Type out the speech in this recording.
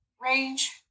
range